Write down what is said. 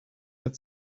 had